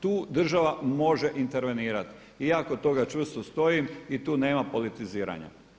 Tu država može intervenirati i ja kod toga čvrsto stojim i tu nema politiziranja.